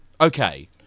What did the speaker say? Okay